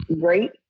great